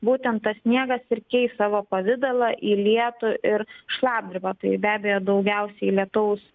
būtent tas sniegas ir keis savo pavidalą į lietų ir šlapdribą tai be abejo daugiausiai lietaus